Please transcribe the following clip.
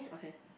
okay